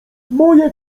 moje